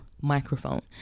microphone